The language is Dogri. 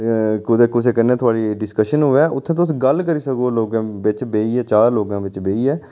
कुतै कुसै कन्नै थुआढ़ी डिस्कशन होऐ उत्थै तुस गल्ल करी सको लोकें बिच बेहियै चार लोकें बिच बेहियै